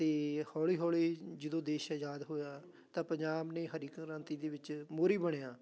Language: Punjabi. ਅਤੇ ਹੌਲੀ ਹੌਲੀ ਜਦੋਂ ਦੇਸ਼ ਆਜ਼ਾਦ ਹੋਇਆ ਤਾਂ ਪੰਜਾਬ ਨੇ ਹਰੀ ਕ੍ਰਾਂਤੀ ਦੇ ਵਿੱਚ ਮੋਹਰੀ ਬਣਿਆ